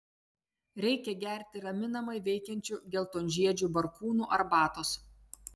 reikia gerti raminamai veikiančių geltonžiedžių barkūnų arbatos